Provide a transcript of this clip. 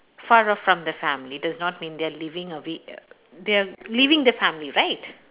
far off from the family does not mean they are leaving aw~ they are leaving the family right